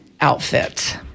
outfit